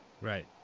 Right